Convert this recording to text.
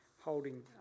holding